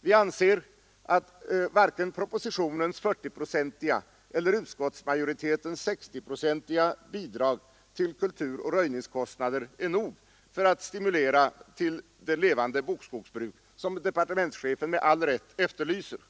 Vi anser att varken propositionens 40-procentiga eller utskottsmajoritetens 60-procentiga bidrag till kulturoch röjningskostnader är nog för att stimulera till det levande bokskogsbruk som departementschefen med all rätt efterlyser.